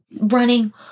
running